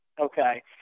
okay